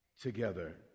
together